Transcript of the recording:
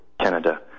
Canada